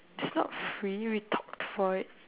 this not free we talked for it